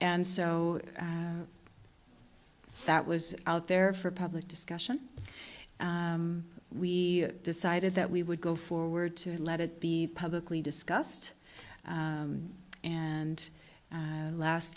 and so that was out there for public discussion we decided that we would go forward to let it be publicly discussed and last